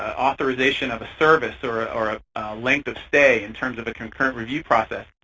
ah authorization of a service or ah or a length of stay in terms of a concurrent review process,